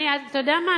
אתה יודע מה?